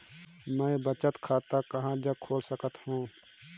मैं बचत खाता कहां जग खोल सकत हों?